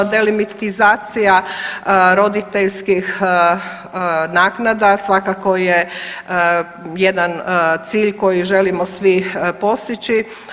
Delimitizacija roditeljskih naknada svakako je jedan cilj koji želimo svi postići.